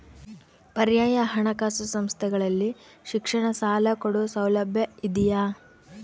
ಪರ್ಯಾಯ ಹಣಕಾಸು ಸಂಸ್ಥೆಗಳಲ್ಲಿ ಶಿಕ್ಷಣ ಸಾಲ ಕೊಡೋ ಸೌಲಭ್ಯ ಇದಿಯಾ?